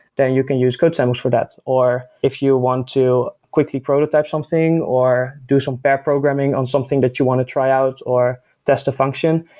then you can use codesandbox for that. or if you want to quickly prototype something, or do some pair programming on something that you want to try out or test a function,